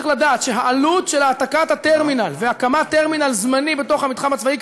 צריך לדעת שהעלות של העתקת הטרמינל והקמת טרמינל זמני בתוך המתחם הצבאי,